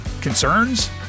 concerns